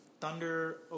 Thunder